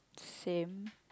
same